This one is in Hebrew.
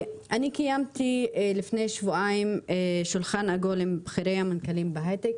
אני קיימתי לפני שבועיים שולחן עגול עם בכירי המנכ"לים בהיי-טק,